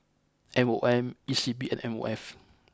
M O M E C P and M O F